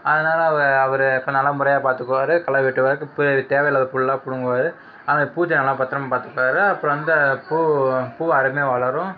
அதனாலே அவ அவர் இப்போ நல்ல முறையாக பார்த்துக்குவாரு களை வெட்டுவார் தேவையில்லாத புல்லுலாம் பிடுங்குவாரு ஆனால் பூச்செடி நல்லா பத்திரமா பார்த்துக்குவாரு அப்புறம் வந்து பூ பூ அருமையாக வளரும்